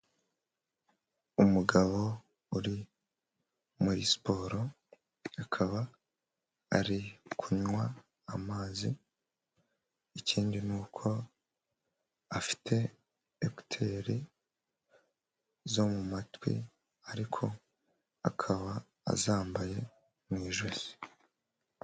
Umugabo uri muri siporo akaba ari kunywa amazi, ikindi ni uko afite ekuteri zo mu matwi ariko akaba azambaye mu ijosi.